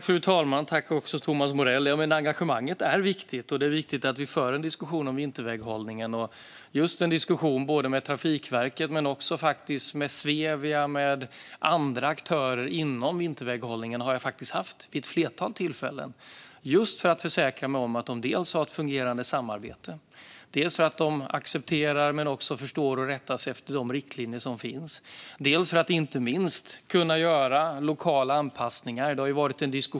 Fru talman! Engagemanget är viktigt, och det är viktigt att vi för en diskussion om vinterväghållningen. Jag har vid ett flertal tillfällen fört diskussioner med såväl Trafikverket som Svevia och andra aktörer inom vinterväghållningen för att försäkra mig om att de har ett fungerande samarbete och att de accepterar, förstår och rättar sig efter de riktlinjer som finns. Det handlar inte minst om att kunna göra lokala anpassningar.